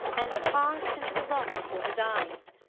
and passed into the room before his eyes.